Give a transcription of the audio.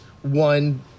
one